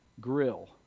grill